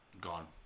gone